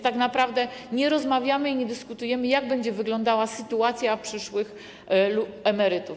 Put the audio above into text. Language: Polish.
Tak naprawdę nie rozmawiamy i nie dyskutujemy o tym, jak będzie wyglądała sytuacja przyszłych emerytów.